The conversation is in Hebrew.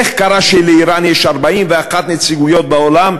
איך קרה שלאיראן יש 41 נציגויות בעולם,